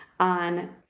On